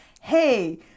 hey